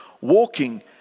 walking